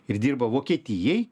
ir dirba vokietijai